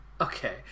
Okay